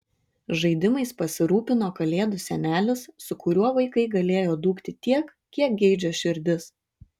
žaidimais pasirūpino kalėdų senelis su kuriuo vaikai galėjo dūkti tiek kiek geidžia širdis